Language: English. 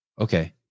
okay